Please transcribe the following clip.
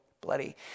bloody